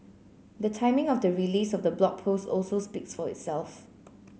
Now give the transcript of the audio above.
the timing of the release of the Blog Post also speaks for itself